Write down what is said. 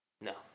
No